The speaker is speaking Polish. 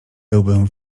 byłbym